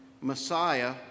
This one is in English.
Messiah